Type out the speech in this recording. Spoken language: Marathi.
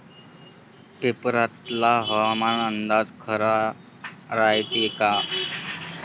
पेपरातला हवामान अंदाज खरा रायते का?